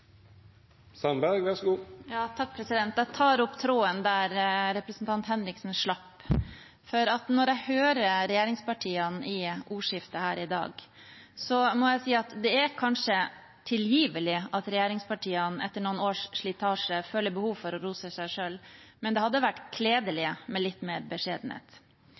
Jeg tar opp tråden der representanten Henriksen slapp, for når jeg hører regjeringspartiene i ordskiftet her i dag, må jeg si at det er kanskje tilgivelig at regjeringspartiene etter noen års slitasje føler behov for å rose seg selv, men det hadde vært kledelig med litt mer beskjedenhet.